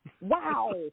Wow